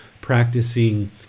practicing